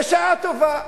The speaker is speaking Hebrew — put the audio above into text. בשעה טובה.